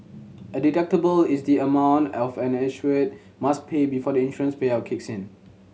a deductible is the amount of an insured must pay before the insurance payout kicks in